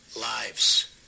lives